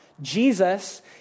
Jesus